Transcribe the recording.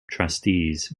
trustees